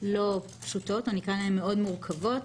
לא פשוטות, מאוד מורכבות.